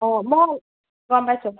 অঁ মই গম পাইছোঁ